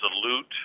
salute